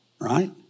Right